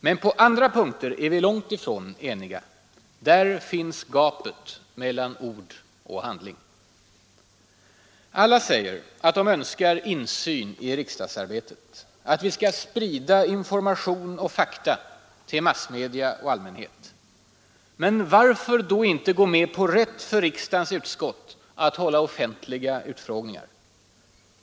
Men på andra punkter är vi långtifrån eniga. Där finns gapet mellan ord och handling. Alla säger att de önskar insyn i riksdagsarbetet, att vi skall sprida information och fakta till massmedia och allmänhet. Men varför då inte gå med på rätt för riksdagens utskott att hålla offentliga utfrågningar?